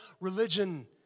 religion